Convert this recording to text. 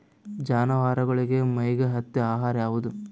ಜಾನವಾರಗೊಳಿಗಿ ಮೈಗ್ ಹತ್ತ ಆಹಾರ ಯಾವುದು?